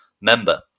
member